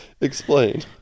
Explain